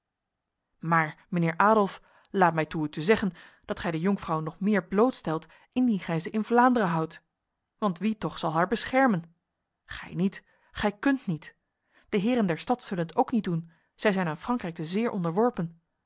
maar mijnheer adolf laat mij toe u te zeggen dat gij de jonkvrouw nog meer blootstelt indien gij ze in vlaanderen houdt want wie toch zal haar beschermen gij niet gij kunt niet de heren der stad zullen het ook niet doen zij zijn aan frankrijk te zeer onderworpen